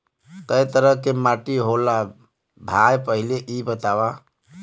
कै तरह के माटी होला भाय पहिले इ बतावा?